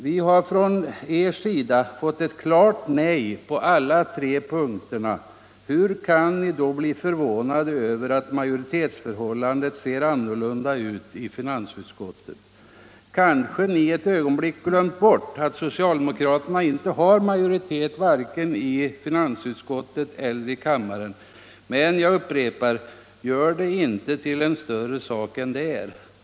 Vi har från er sida fått ett klart nej på alla dessa tre punkter. Hur kan ni då bli förvånade över att majoritetsförhållandet ser annorlunda ut i finansutskottet? Kanske ni ett ögonblick har glömt bort att socialdemokraterna inte har majoritet vare sig i finansutskottet eller i kammaren? Men - jag upprepar det — gör det inte till en större sak än det är.